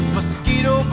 Mosquito